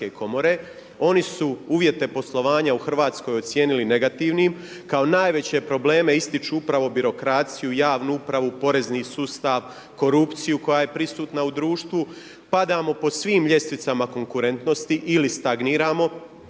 Oni su uvjete poslovanja u Hrvatskoj ocijenili negativnim. Kao najveće probleme ističu upravo birokraciju, javnu upravu, porezni sustav, korupciju koja je prisutna u društvu. Padamo po svim ljestvicama konkurentnosti ili stagniramo.